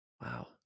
Wow